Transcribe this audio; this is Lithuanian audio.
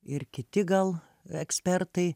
ir kiti gal ekspertai